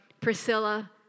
Priscilla